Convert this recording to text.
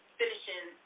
finishing